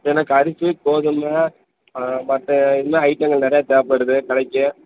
எனக்கு அரிசி கோதுமை மற்ற இன்னும் ஐட்டங்கள் நிறையாத் தேவைப்படுது கடைக்கு